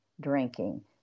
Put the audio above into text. drinking